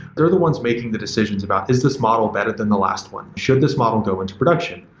they're the ones making the decisions about, is this model better than the last one? should this model go into production?